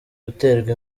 uterwa